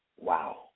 Wow